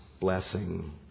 blessing